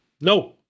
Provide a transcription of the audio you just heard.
No